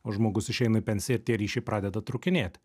o žmogus išeina į pensiją ir tie ryšiai pradeda trūkinėt